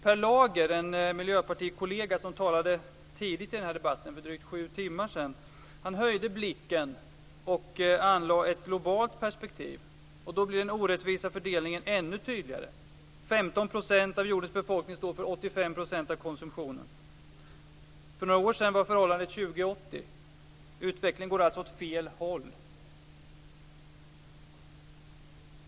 Per Lager - en miljöpartikollega som talade tidigt i denna debatt, för drygt sju timmar sedan - höjde blicken och anlade ett globalt perspektiv. Då blev den orättvisa fördelningen ännu tydligare. 15 % av jordens befolkning står för 85 % av konsumtionen. För några år sedan var förhållandet 20-80. Utvecklingen går alltså åt fel håll.